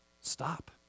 stop